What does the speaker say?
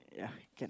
yeah can